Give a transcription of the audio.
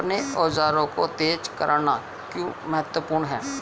अपने औजारों को तेज करना क्यों महत्वपूर्ण है?